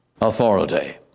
authority